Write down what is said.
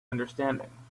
understanding